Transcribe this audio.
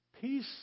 peace